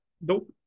Nope